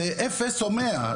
זה אפס או 100,